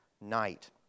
night